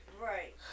Right